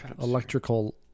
electrical